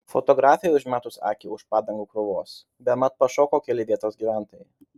fotografei užmetus akį už padangų krūvos bemat pašoko keli vietos gyventojai